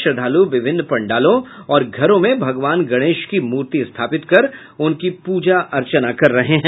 श्रद्धालु विभिन्न पंडालों और घरों में भगवान गणेश की मूर्ति स्थापित कर उनकी पूजा अर्चना कर रहे हैं